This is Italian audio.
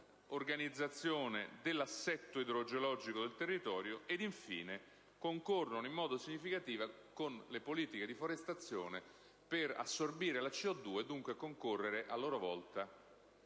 organizzazione dell'assetto idrogeologico del territorio, e infine concorrono in modo significativo con le politiche di forestazione ad assorbire la CO2, e dunque concorrono a loro volta